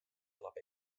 annab